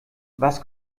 was